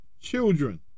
children